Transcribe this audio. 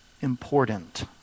important